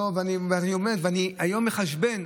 אני היום מחשבן,